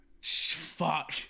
fuck